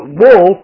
wall